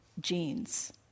genes